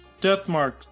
Deathmark